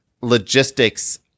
logistics